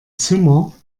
zimmer